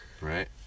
Right